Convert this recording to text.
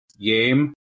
game